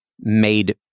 made